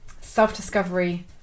self-discovery